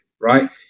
right